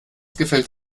gefällt